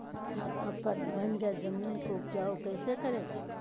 हम अपन बंजर जमीन को उपजाउ कैसे करे?